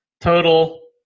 total